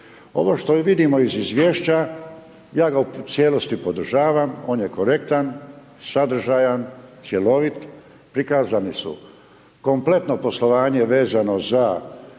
Ovo što i vidimo iz izvješća ja ga u cijelosti podržavam, on je korektan, sadržajan, cjelovit. Prikazani su kompletno poslovanje vezano za